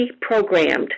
programmed